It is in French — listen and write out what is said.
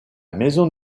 maison